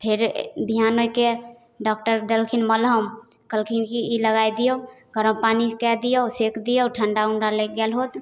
फेर बिहान होइके डाक्टर देलखिन मलहम कहलखिन कि ई लगै दिऔ गरम पानिके दिऔ सेक दिऔ ठण्डा उण्डा लागि गेल होत